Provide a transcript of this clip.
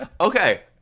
Okay